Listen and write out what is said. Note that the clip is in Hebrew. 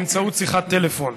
באמצעות שיחת טלפון.